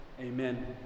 amen